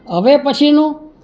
હવે પછીનું